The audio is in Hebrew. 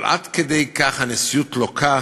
אבל עד כדי כך הנשיאות לוקה